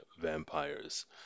vampires